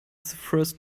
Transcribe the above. first